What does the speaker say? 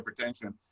hypertension